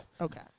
Okay